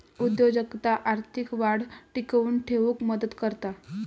उद्योजकता आर्थिक वाढ टिकवून ठेउक मदत करता